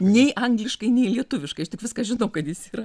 nei angliškai nei lietuviškai aš tik viską žinau kad jis yra